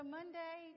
Monday